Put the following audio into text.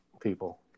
people